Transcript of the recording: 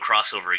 crossover